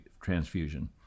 transfusion